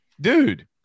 dude